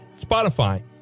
Spotify